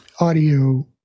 audio